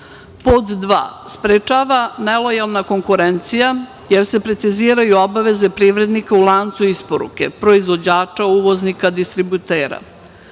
2. - Sprečava nelojalna konkurencija, jer se preciziraju obaveze privrednika u lancu isporuke proizvođača, uvoznika, distributera.